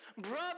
Brother